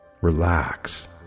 relax